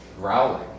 growling